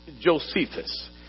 Josephus